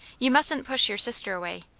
you mustn't push your sister away.